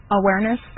Awareness